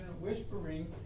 whispering